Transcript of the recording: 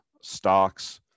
stocks